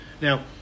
now